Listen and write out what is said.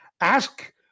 Ask